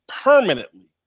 permanently